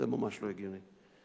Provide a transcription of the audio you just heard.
זה ממש לא הגיוני.